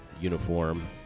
uniform